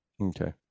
Okay